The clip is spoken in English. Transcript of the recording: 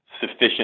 sufficient